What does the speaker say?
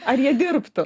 ar jie dirbtų